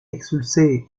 expulsé